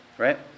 Right